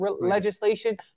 legislation